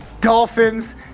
Dolphins